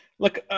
Look